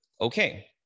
okay